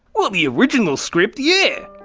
well, the original script, yeah.